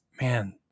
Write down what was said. man